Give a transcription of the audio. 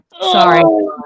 sorry